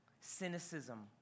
cynicism